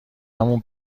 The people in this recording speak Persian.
همون